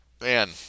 Man